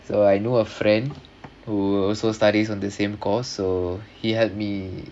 so I know a friend who also studies on the same course so he helped me